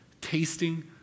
tasting